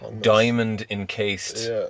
diamond-encased